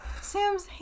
sam's